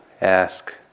ask